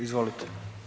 Izvolite.